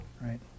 right